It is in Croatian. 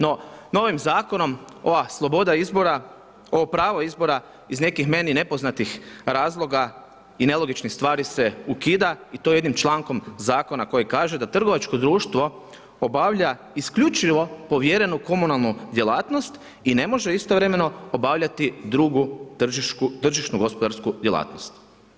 No, novim zakonom ova sloboda izbora, ovo pravo izbora iz meni nekih nepoznatih razloga i nelogičnih stvari se ukida i to jednim člankom zakona koji kaže da „trgovačko društvo obavlja isključivo povjerenu komunalnu djelatnost i ne može istovremeno obavljati drugu tržišnu gospodarsku djelatnost“